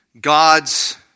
God's